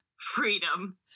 freedom